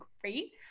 great